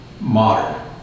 modern